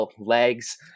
legs